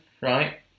right